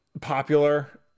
popular